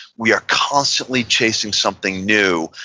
we are constantly chasing something new,